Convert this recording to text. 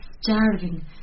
starving